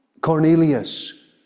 Cornelius